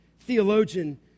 theologian